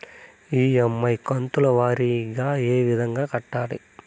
EMI కంతుల వారీగా ఏ విధంగా కట్టాలి